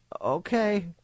Okay